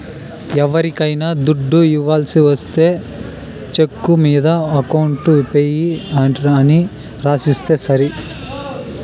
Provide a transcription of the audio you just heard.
ఎవరికైనా దుడ్డు ఇవ్వాల్సి ఒస్తే చెక్కు మీద అకౌంట్ పేయీ అని రాసిస్తే సరి